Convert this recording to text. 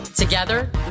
Together